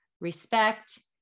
respect